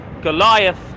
goliath